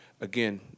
Again